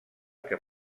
que